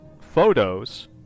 photos